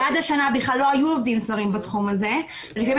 שעד השנה בכלל לא היו עובדים זרים בתחום הזה ולפני